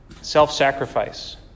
Self-sacrifice